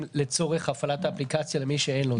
לצורך הפעלת האפליקציה למי שאין לו.